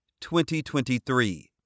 2023